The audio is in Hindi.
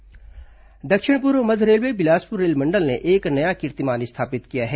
रेलवे ट्रिपल लॉन्ग हॉल दक्षिण पूर्व मध्य रेलवे बिलासपुर रेलमंडल ने एक नया कीर्तिमान स्थापित किया है